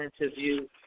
interview